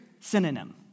synonym